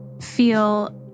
feel